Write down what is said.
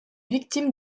victime